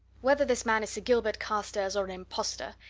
whether this man's sir gilbert carstairs or an impostor,